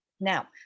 Now